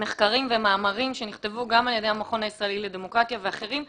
מחקרים ומאמרים שנכתבו גם על ידי המכון הישראלי לדמוקרטיה ואחרים,